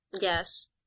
Yes